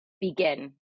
begin